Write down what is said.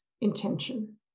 intention